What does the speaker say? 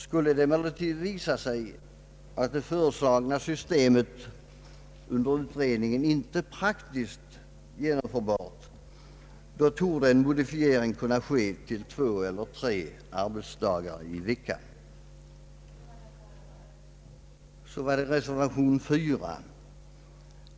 Skulle det visa sig att det föreslagna systemet under utredningen inte är praktiskt genomförbart, torde en modifiering kunna ske till två eller tre arbetsdagar i veckan.